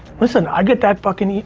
listen i get that fuckin',